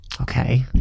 Okay